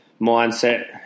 mindset